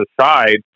aside